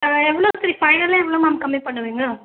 எவ்வளோ சரி ஃபைனலாக எவ்வளோ மேம் கம்மி பண்ணுவீங்க